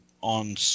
on